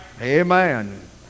Amen